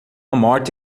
morte